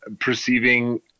perceiving